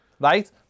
right